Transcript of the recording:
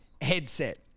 headset